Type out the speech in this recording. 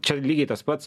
čia lygiai tas pats